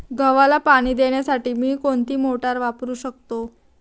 गव्हाला पाणी देण्यासाठी मी कोणती मोटार वापरू शकतो?